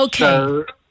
Okay